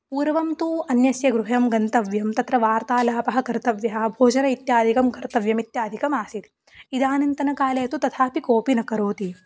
पूर्वं तु अन्यस्य गृहं गन्तव्यं तत्र वार्तालापः कर्तव्यः भोजनम् इत्यादिकं कर्तव्यमित्यादिकम् आसीत् इदानीन्तनकाले तु तथापि कोऽपि न करोति